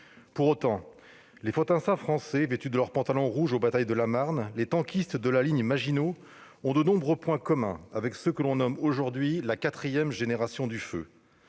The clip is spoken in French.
Pour autant, les fantassins français vêtus de leurs pantalons rouges aux batailles de la Marne et les tankistes de la ligne Maginot ont de nombreux points communs avec ceux que l'on nomme aujourd'hui la quatrième génération du feu